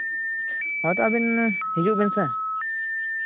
ᱦᱳᱭᱛᱳ ᱟᱹᱵᱤᱱ ᱦᱤᱡᱩᱜ ᱵᱮᱱ ᱥᱮ